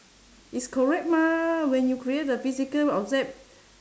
it's correct mah when you create a physical object